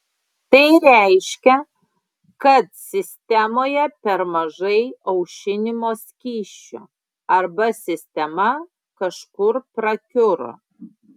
tai reiškia kad sistemoje per mažai aušinimo skysčio arba sistema kažkur prakiuro